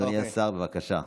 אדוני השר, בבקשה.